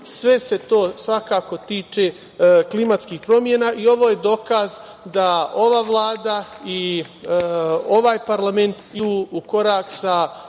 Sve se to svakako tiče klimatskih promena i ovo je dokaza da ova Vlada i ovaj parlament idu u korak sa